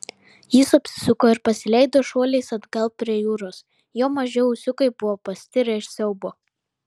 jis apsisuko ir pasileido šuoliais atgal prie jūros jo maži ūsiukai buvo pastirę iš siaubo